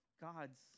God's